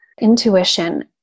intuition